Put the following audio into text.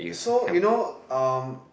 so you know um